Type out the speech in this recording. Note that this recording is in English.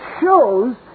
shows